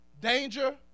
danger